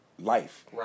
life